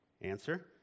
Answer